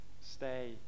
Stay